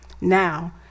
Now